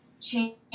change